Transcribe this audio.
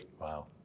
Wow